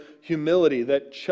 humility—that